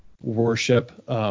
worship –